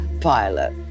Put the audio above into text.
pilot